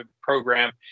program